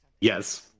Yes